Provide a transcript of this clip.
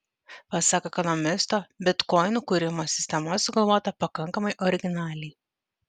pasak ekonomisto bitkoinų kūrimo sistema sugalvota pakankamai originaliai